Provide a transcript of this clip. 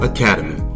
Academy